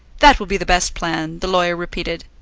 that will be the best plan, the lawyer repeated.